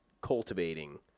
cultivating